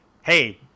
hey